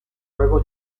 juego